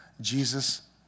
Jesus